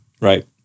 Right